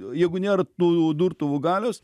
jeigu nėr tų durtuvų galios